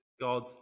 God